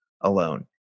alone